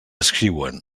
escriuen